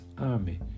army